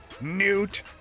newt